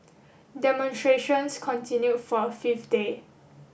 demonstrations continued for a fifth day